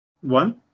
One